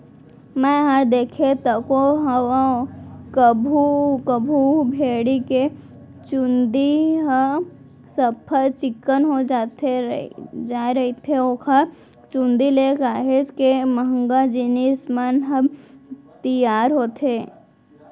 मैंहर देखें तको हंव कभू कभू भेड़ी के चंूदी ह सफ्फा चिक्कन हो जाय रहिथे ओखर चुंदी ले काहेच के महंगा जिनिस मन ह तियार होथे